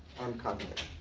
armed conflict.